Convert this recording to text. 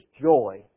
joy